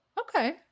okay